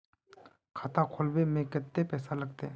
खाता खोलबे में कते पैसा लगते?